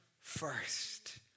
first